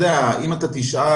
אתה תשאל,